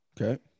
Okay